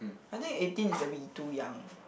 I think eighteen is a bit too young